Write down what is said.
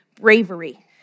bravery